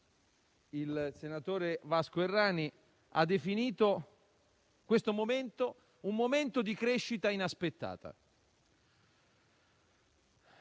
il senatore Vasco Errani, ha definito questo un momento di crescita inaspettata.